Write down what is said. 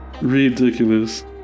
ridiculous